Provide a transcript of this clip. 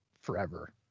forever